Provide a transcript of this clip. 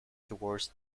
towards